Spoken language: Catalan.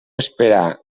esperar